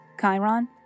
Chiron